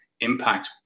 impact